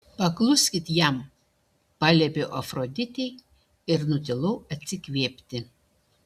pakluskit jam paliepiau afroditei ir nutilau atsikvėpti